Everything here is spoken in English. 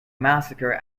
massacre